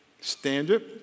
standard